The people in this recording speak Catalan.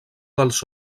dels